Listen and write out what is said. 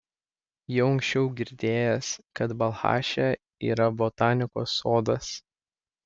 jau anksčiau girdėjęs kad balchaše yra botanikos sodas